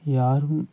யாரும்